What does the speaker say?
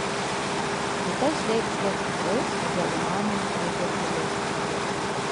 rytoj slėgis kiek pakils todėl įmanomi pragiedruliai